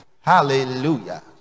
hallelujah